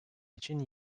için